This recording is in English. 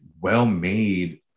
well-made